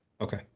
Okay